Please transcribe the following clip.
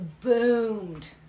boomed